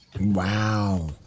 Wow